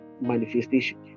manifestation